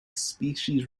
species